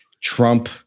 Trump